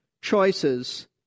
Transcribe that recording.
choices